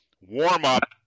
warm-up